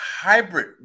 hybrid